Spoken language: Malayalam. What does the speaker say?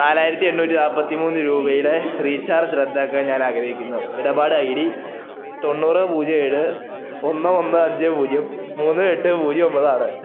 നാലായിരത്തി എണ്ണൂറ്റി നാൽപ്പത്തി മൂന്ന് രൂപയുടെ റീചാർജ് റദ്ദാക്കാൻ ഞാനാഗ്രഹിക്കുന്നു ഇടപാട് ഐ ഡി തൊണ്ണൂറ് പൂജ്യം ഏഴ് ഒന്ന് ഒന്ന് അഞ്ച് പൂജ്യം മൂന്ന് എട്ട് പൂജ്യം ഒൻപതാണ്